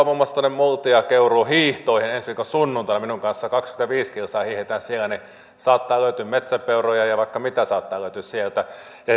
muun muassa tuonne multia keuruu hiihtoihin ensi viikon sunnuntaina minun kanssani kaksikymmentäviisi kilsaa hiihdetään siellä saattaa löytyä metsäpeuroja ja vaikka mitä saattaa löytyä sieltä se